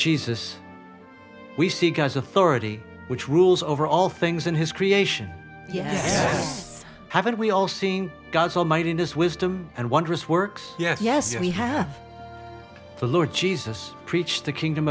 jesus we see guys authority which rules over all things in his creation yes haven't we all seen god almighty in his wisdom and wondrous works yes yes we have the lord jesus preached the kingdom